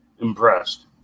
Impressed